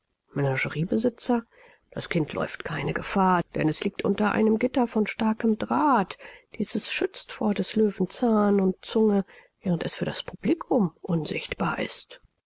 das kind läuft keine gefahr denn es liegt unter einem gitter von starkem draht dieses schützt vor des löwen zahn und zunge während es für das publikum unsichtbar ist